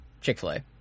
Chick-fil-A